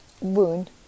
wound